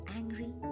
angry